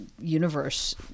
universe